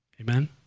Amen